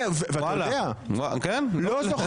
באמת?